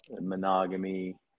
monogamy